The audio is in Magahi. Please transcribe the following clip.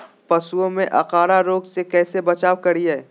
पशुओं में अफारा रोग से कैसे बचाव करिये?